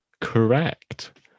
correct